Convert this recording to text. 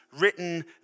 written